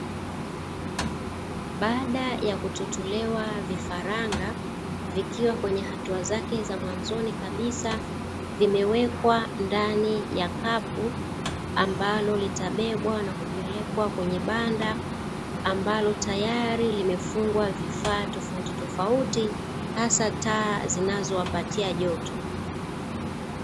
Baada ya kutotolewa vifaranga, vikiwa kwenye hatua zake za mwanzoni kabisa, vimewekwa ndani ya kapu ambalo litabebwa na kupelekwa kwenye banda, ambalo tayari limefungwa vifaa tofautitofauti, hasa taa zinazowapatia jito.